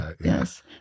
Yes